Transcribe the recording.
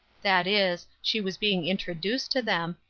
that is, she was being introduced to them,